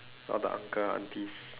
all the uncle aunties